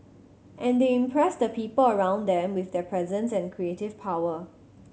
and they impress the people around them with their presence and creative power